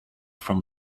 from